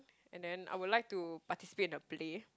and then I will like to participate in a play